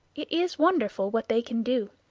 it is wonderful what they can do.